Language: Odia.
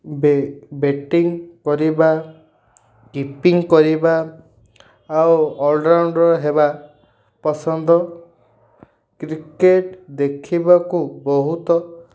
ବେଟିଂ କରିବା କିପିଂ କରିବା ଆଉ ଅଲରାଉଣ୍ଡର୍ ହେବା ପସନ୍ଦ କ୍ରିକେଟ୍ ଦେଖିବାକୁ ବହୁତ